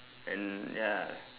and ya